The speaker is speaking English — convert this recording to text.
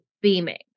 beaming